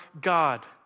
God